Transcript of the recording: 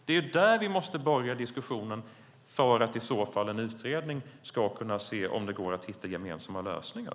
Det är där vi måste börja diskussionen för att en utredning i så fall ska kunna se om det går att hitta gemensamma lösningar.